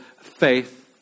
faith